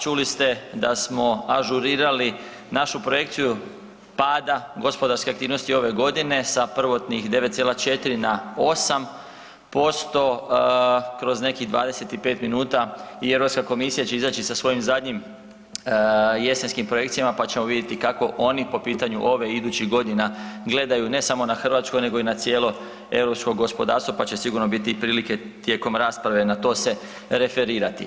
Čuli ste da smo ažurirali našu projekciju pada gospodarske aktivnosti ove godine sa prvotnih 9,4 na 8% kroz nekih 25 minuta i Europska komisija će izaći sa svojim zadnjim jesenskim projekcijama pa ćemo vidjeti kako oni po pitanju ove i idućih godina gledaju ne samo na Hrvatsku nego i na cijelo europsko gospodarstvo pa će sigurno biti prilike tijekom rasprave na to se referirati.